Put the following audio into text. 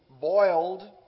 boiled